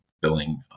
billing